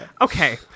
Okay